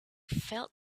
felt